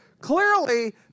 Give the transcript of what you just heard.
clearly